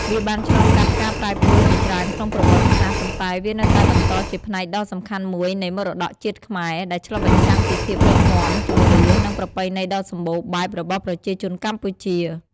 វាបានឆ្លងកាត់ការប្រែប្រួលជាច្រើនក្នុងប្រវត្តិសាស្ត្រ ប៉ុន្តែវានៅតែបន្តជាផ្នែកដ៏សំខាន់មួយនៃមរតកជាតិខ្មែរ ដែលឆ្លុះបញ្ចាំងពីភាពរឹងមាំ ជំនឿ និងប្រពៃណីដ៏សម្បូរបែបរបស់ប្រជាជនកម្ពុជា។